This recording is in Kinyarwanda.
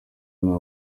nta